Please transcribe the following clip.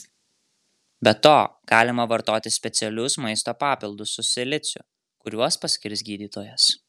be to galima vartoti specialius maisto papildus su siliciu kuriuos paskirs gydytojas